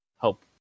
help